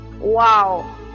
wow